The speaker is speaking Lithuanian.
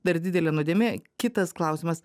dar didelė nuodėmė kitas klausimas